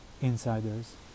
insiders